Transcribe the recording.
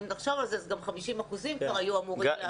אם תחשוב על זה, 50% כבר היו אמורים לעבור.